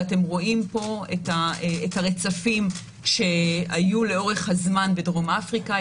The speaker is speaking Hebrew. אתם רואים פה את הרצפים שהיו לאורך הזמן בדרום אפריקה,